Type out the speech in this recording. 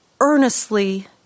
Earnestly